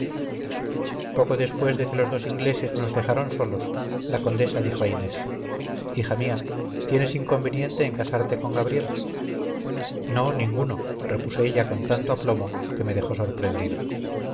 poco después de que los dos ingleses nos dejaron solos la condesa dijo a inés hija mía tienes inconveniente en casarte con gabriel no ninguno repuso ella con tanto aplomo que me dejó sorprendido